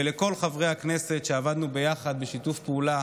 ולכל חברי הכנסת, שעבדנו ביחד, בשיתוף פעולה,